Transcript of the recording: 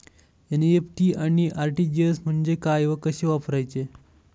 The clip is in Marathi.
एन.इ.एफ.टी आणि आर.टी.जी.एस म्हणजे काय व कसे वापरायचे?